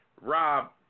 Rob